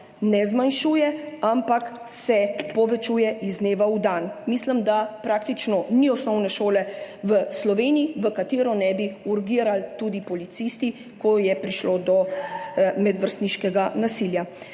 ne zmanjšuje, ampak se povečuje iz dneva v dan. Mislim, da praktično ni osnovne šole v Sloveniji, na kateri ne bi urgirali tudi policisti, ko je prišlo do medvrstniškega nasilja.